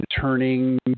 Turning